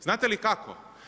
Znate li kako?